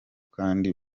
kandi